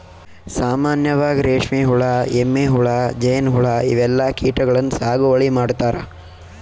ಸಾಮಾನ್ಯವಾಗ್ ರೇಶ್ಮಿ ಹುಳಾ, ಎಮ್ಮಿ ಹುಳಾ, ಜೇನ್ಹುಳಾ ಇವೆಲ್ಲಾ ಕೀಟಗಳನ್ನ್ ಸಾಗುವಳಿ ಮಾಡ್ತಾರಾ